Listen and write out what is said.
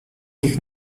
nich